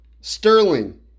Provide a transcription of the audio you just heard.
Sterling